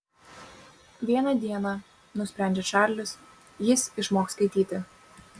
vieną dieną nusprendžia čarlis jis išmoks skaityti